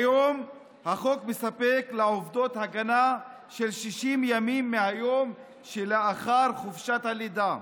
כיום החוק מספק לעובדות הגנה של 60 ימים מהיום שלאחר חופשת הלידה,